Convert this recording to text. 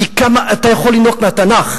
כי כמה אתה יכול לינוק מהתנ"ך,